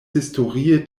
historie